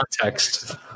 context